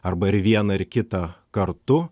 arba ir viena ir kita kartu